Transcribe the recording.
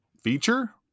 feature